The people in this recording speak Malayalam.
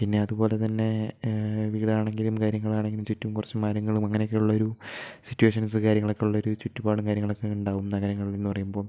പിന്നെ അതുപോലെ തന്നെ വീടാണെങ്കിലും കാര്യങ്ങളാണെങ്കിലും ചുറ്റും കുറച്ചു മരങ്ങളും അങ്ങനെയൊക്കെ ഉള്ളൊരു സിറ്റുവേഷൻസ് കാര്യങ്ങളൊക്കെ ഉള്ളൊരു ചുറ്റുപാടും കാര്യങ്ങളൊക്കെ ഉണ്ടാകും നഗരങ്ങളിൽ എന്ന് പറയുമ്പം